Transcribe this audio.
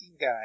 guy